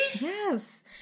Yes